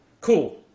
cool